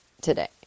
today